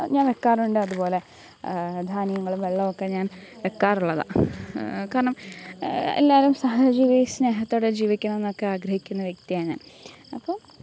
ഞാൻ വയ്ക്കാറുണ്ട് അതുപോലെ ധാന്യങ്ങളും വെള്ളമൊക്കെ ഞാൻ വയ്ക്കാറുള്ളതാണ് കാരണം എല്ലാവരും സഹജീവി സ്നേഹത്തോടെ ജീവിക്കണം എന്നൊക്കെ ആഗ്രഹിക്കുന്ന വ്യക്തിയാണ് ഞാൻ അപ്പോൾ